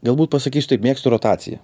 galbūt pasakysiu taip mėgstu rotaciją